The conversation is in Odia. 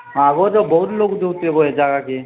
ହଁ ବୋ ତ ବହୁତ୍ ଲୋକ୍ ଯୋଉଚନ୍ ବୋ ହେ ଜାଗାକେ